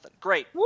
Great